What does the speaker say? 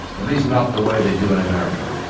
at least not the way they do in america.